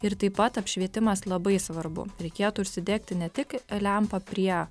ir taip pat apšvietimas labai svarbu reikėtų užsidegti ne tik lempą prie